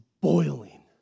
boiling